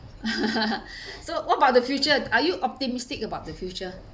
so what about the future are you optimistic about the future